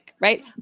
right